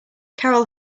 carol